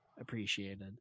appreciated